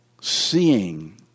seeing